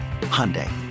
Hyundai